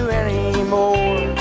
anymore